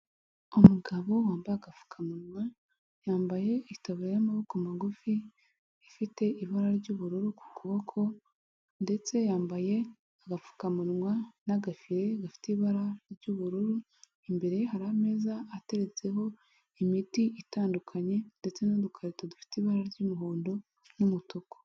Umugabo wambaye agapfukamunwa, yambaye itaburiya y'amaboko magufi, ifite ibara ry'ubururu ku kuboko ndetse yambaye agapfukamunwa n'agafire gafite ibara ry'ubururu, imbere ye hari ameza ateretseho imiti itandukanye ndetse n'udukarito dufite ibara ry'umuhondo n'umutuku.